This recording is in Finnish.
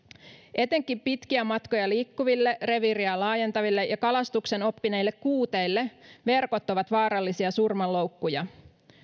etenkin pitkiä matkoja liikkuville reviiriään laajentaville ja kalastuksen oppineille kuuteille verkot ovat vaarallisia surmanloukkuja